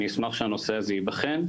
אני אשמח שהנושא הזה ייבחן.